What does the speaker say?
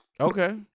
okay